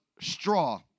straw